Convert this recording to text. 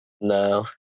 No